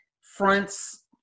fronts